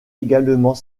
également